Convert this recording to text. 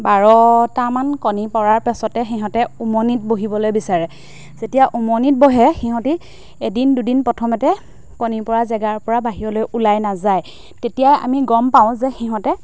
বাৰটামান কণী পৰাৰ পাছতে সিহঁতে উমনিত বহিবলৈ বিচাৰে যেতিয়া উমনিত বহে সিহঁতি এদিন দুদিন প্ৰথমতে কণী পৰা জেগাৰ পৰা বাহিৰলৈ ওলাই নাযায় তেতিয়াই আমি গম পাওঁ যে সিহঁতে